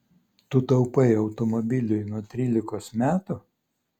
tu taupai automobiliui nuo trylikos metų